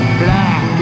black